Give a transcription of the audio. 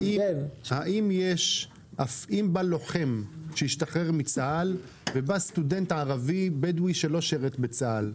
אם בא לוחם שהשתחרר מצה"ל ובא סטודנט ערבי בדואי שלא שירת בצה"ל,